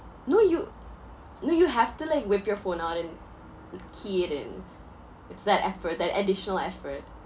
no you no you have to like whip your phone out and key it in it's that effort that additional effort